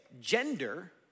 gender